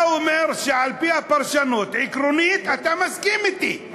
אתה אומר שעל-פי הפרשנות, עקרונית אתה מסכים אתי.